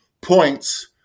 points